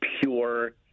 pure